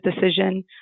decision